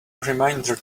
reminder